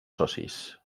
socis